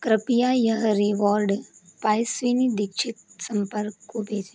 कृपया यह रिवॉर्ड पायस्वनी दीक्षित संपर्क को भेजें